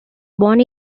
born